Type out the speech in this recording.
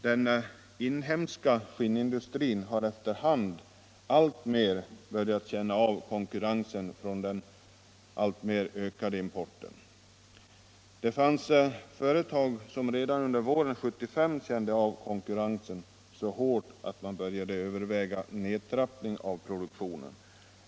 Den inhemska skinnindustrin har efter hand mer och mer börjat känna av konkurrensen från den alltmer ökande importen. Det fanns företag som redan under våren 1975 kände av konkurrensen så hårt att de började överväga en nedtrappning.av produktionen.